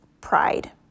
pride